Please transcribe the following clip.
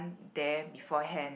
there beforehand